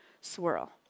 swirl